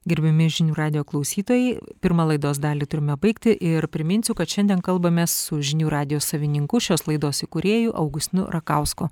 gerbiami žinių radijo klausytojai pirmą laidos dalį turime baigti ir priminsiu kad šiandien kalbamės su žinių radijo savininku šios laidos įkūrėju augustinu rakausku